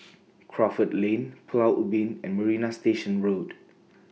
Crawford Lane Pulau Ubin and Marina Station Road